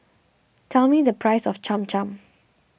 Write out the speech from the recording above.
tell me the price of Cham Cham